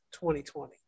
2020